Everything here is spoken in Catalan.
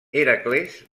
hèracles